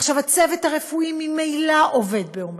עכשיו, הצוות הרפואי ממילא עובד בעומסים.